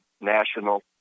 national